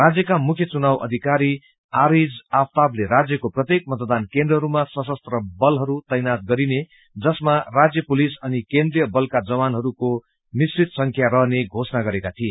राज्यका मुख्य चुनाव अधिकरी आरिज आफताबले राज्यको प्रत्येक मतदन केनद्रहरूमा सशस्त्र बलहरू तैनात गरिने जसमा राज्य पुलिस अनि केन्द्रिय बलका जवानहरूको मिली जुली संख्या रहने घोषणा गरेका थिए